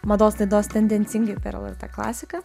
mados laidos tendencingai per lrt klasiką